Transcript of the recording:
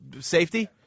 safety